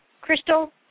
crystal